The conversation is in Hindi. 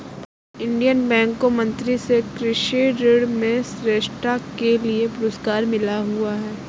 इंडियन बैंक को मंत्री से कृषि ऋण में श्रेष्ठता के लिए पुरस्कार मिला हुआ हैं